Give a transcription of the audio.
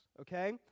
Okay